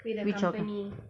which hotel